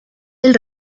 del